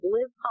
Live